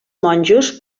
monjos